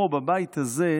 פה בבית הזה,